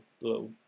little